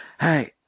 Hey